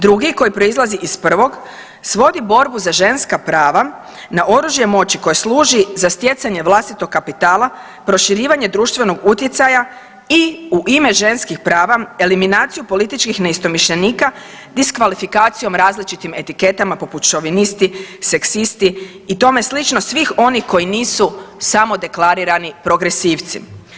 Drugi koji proizlazi iz prvog, svodi borbu za ženska prava na oružje moći koje služi za stjecanje vlastitog kapitala, proširivanje društvenog utjecaja i u ime ženskih prava eliminaciju političkih neistomišljenika diskvalifikacijom, različitim etiketama poput šovinisti, seksisti i tome slično svih onih koji nisu samo deklarirani progresivci.